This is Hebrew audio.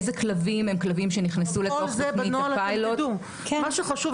איזה כלבים הם כלבים שנכנסו לתוך תוכנית הפיילוט --- מה שחשוב,